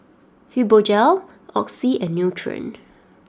Fibogel Oxy and Nutren